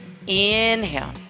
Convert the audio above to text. Inhale